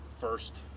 first